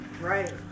Right